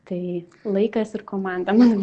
tai laikas ir komanda man